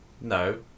No